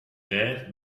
dad